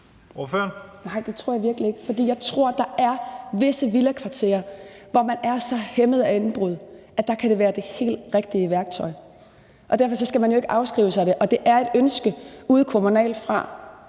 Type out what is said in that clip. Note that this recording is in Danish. Nej, det tror jeg virkelig ikke, for jeg tror, at der er visse villakvarterer, hvor man er så hæmmet af indbrud, at det kan være det helt rigtige værktøj dér. Og derfor skal man jo ikke afskrive det. Og det er et ønske fra kommunalt hold.